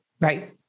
Right